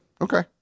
Okay